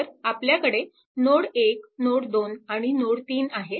तर आपल्याकडे node 1 node 2 आणि नोड 3 आहेत